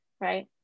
Right